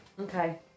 Okay